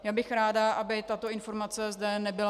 Já bych ráda, aby tato informace zde nezapadla.